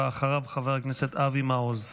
אחריו, חבר הכנסת אבי מעוז.